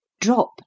drop